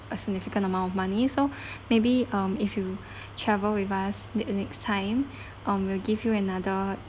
a significant amount of money so maybe um if you travel with us the next time um we'll give you another